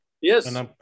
Yes